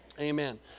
amen